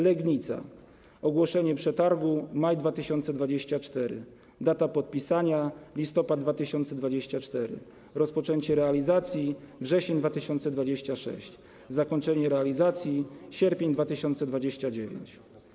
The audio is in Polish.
Legnica - ogłoszenie przetargu: maj 2024, data podpisania: listopad 2024, rozpoczęcie realizacji: wrzesień 2026, zakończenie realizacji: sierpień 2029.